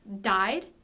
died